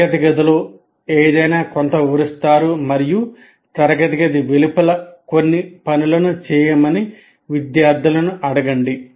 తరగతి గదిలో ఏదైనా కొంత వివరిస్తారుమరియు తరగతి గది వెలుపల కొన్ని పనులను చేయమని విద్యార్థులను అడగండి